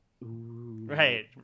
Right